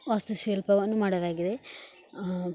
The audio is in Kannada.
ವಾಸ್ತು ಶಿಲ್ಪವನ್ನು ಮಾಡಲಾಗಿದೆ